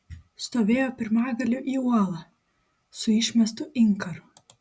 stovėjo pirmagaliu į uolą su išmestu inkaru